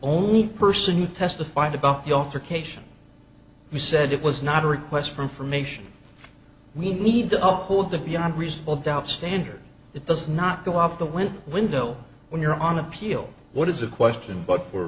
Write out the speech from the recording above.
only person who testified about your cation you said it was not a request for information we need to up hold the beyond reasonable doubt standard it does not go up the wind window when you're on appeal what is a question but for